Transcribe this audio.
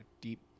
deep